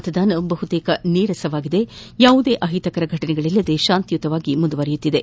ಮತದಾನ ಬಹುತೇಕ ನೀರಸವಾಗಿದ್ದು ಯಾವುದೇ ಅಹಿತಕರ ಫಟನೆಗಳಿಲ್ಲದೆ ಶಾಂತಿಯುತವಾಗಿ ಮುಂದುವರೆದಿದೆ